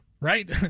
right